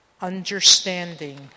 understanding